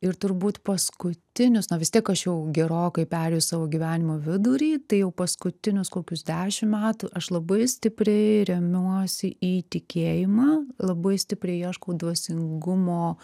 ir turbūt paskutinius na vis tiek aš jau gerokai perėjus savo gyvenimo vidurį tai jau paskutinius kokius dešim metų aš labai stipriai remiuosi į tikėjimą labai stipriai ieškau dvasingumo